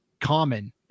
common